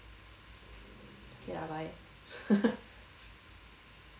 K lah bye